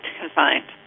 confined